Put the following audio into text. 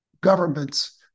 government's